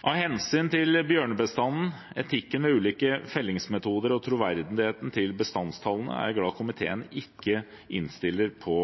Av hensyn til bjørnebestanden, etikken ved ulike fellingsmetoder og troverdigheten til bestandstallene er jeg glad for at komiteen ikke innstiller på